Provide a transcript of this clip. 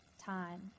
Time